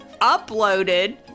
uploaded